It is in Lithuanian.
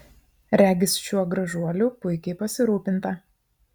regis šiuo gražuoliu puikiai pasirūpinta